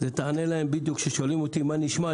זה כמו שכאשר שואלים אותי מה נשמע,